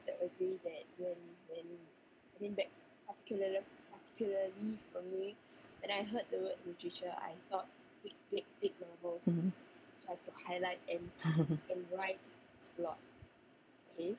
mmhmm